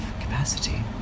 capacity